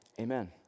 Amen